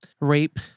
rape